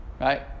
right